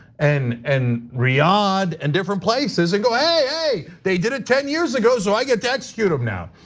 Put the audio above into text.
and and riyadh and different places and go hey hey, they did it ten years ago, so i get to execute them now.